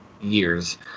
years